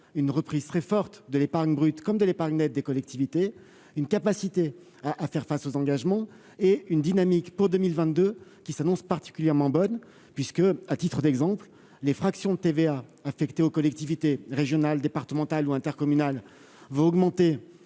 une reprise très forte de l'épargne brute comme de l'épargne nette des collectivités, une capacité à faire face aux engagements et une dynamique pour 2022 qui s'annonce particulièrement bonne puisque, à titre d'exemple, les fraction de TVA affectée aux collectivités régionales, départementales ou intercommunal va augmenter